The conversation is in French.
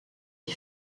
est